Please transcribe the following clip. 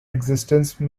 existence